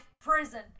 prison